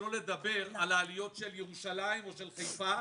שלא לדבר על העליות של ירושלים או של חיפה.